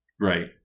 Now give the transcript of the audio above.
Right